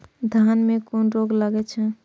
धान में कुन रोग लागे छै?